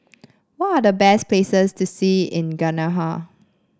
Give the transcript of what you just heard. what are the best places to see in Ghana